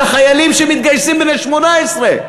ואלה חיילים שמתגייסים בני 18,